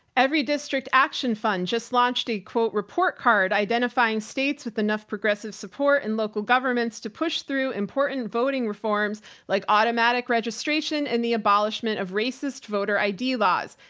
everydistrict action fund just launched a quote report card identifying states with enough progressive support and local governments to push through important voting reforms like automatic registration and the abolishment of racist voter id laws.